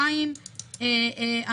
דבר שני, לגבי